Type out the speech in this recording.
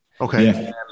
Okay